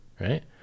right